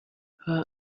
her